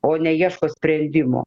o neieško sprendimo